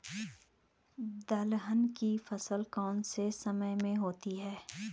दलहन की फसल कौन से समय में होती है?